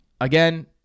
again